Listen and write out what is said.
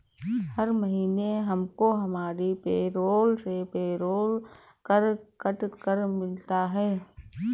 हर महीने हमको हमारी पेरोल से पेरोल कर कट कर मिलता है